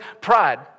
Pride